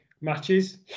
matches